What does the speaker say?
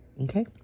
Okay